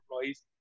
employees